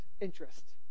interest